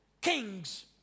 kings